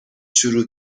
شروع